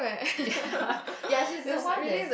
ya she's the one that